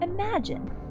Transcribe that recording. Imagine